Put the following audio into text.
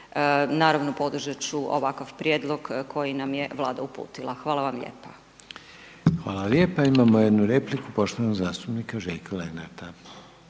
Naravno podržat ću ovakav prijedlog koji nam je Vlada uputila. Hvala vam lijepa. **Reiner, Željko (HDZ)** Hvala lijepa, imamo jednu repliku poštovanog zastupnika Željka Lenarta.